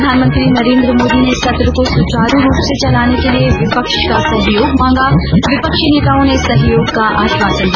प्रधानमंत्री नरेन्द्र मोदी ने सत्र को सुचारु रुप से चलाने के लिए विपक्ष का सहयोग मांगा विपक्षी नेताओं ने सहयोग का आश्वासन दिया